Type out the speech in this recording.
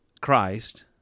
Christ